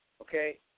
Okay